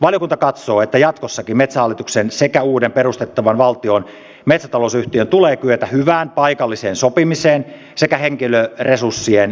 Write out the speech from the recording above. valiokunta katsoo että jatkossakin metsähallituksen sekä uuden perustettavan valtion metsätalousyhtiön tulee kyetä hyvään paikalliseen sopimiseen sekä henkilöresurssien joustavaan käyttöön